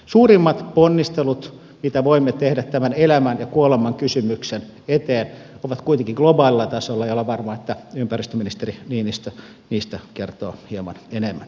suurimmat ponnistelut mitä voimme tehdä tämän elämän ja kuoleman kysymyksen eteen ovat kuitenkin globaalilla tasolla ja olen varma että ympäristöministeri niinistö niistä kertoo hieman enemmän